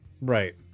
Right